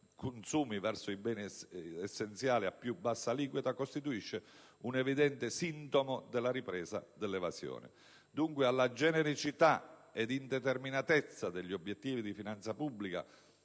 consumi verso i beni essenziali a più bassa aliquota, gli evidenti sintomi della ripresa dell'evasione. Dunque, alla genericità ed indeterminatezza degli obiettivi di finanza pubblica